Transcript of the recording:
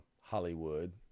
Hollywood